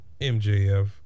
MJF